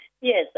Yes